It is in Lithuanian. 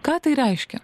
ką tai reiškia